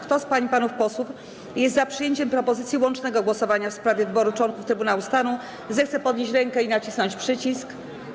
Kto z pań i panów posłów jest za przyjęciem propozycji łącznego głosowania w sprawie wyboru członków Trybunału Stanu, zechce podnieść rękę i nacisnąć przycisk.